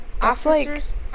Officers